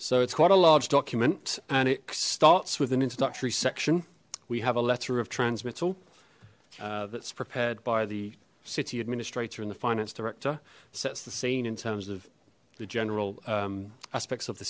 so it's quite a large document and it starts with an introductory section we have a letter of transmittal that's prepared by the city administrator in the finance director sets the scene in terms of the general aspects of the